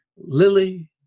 Lily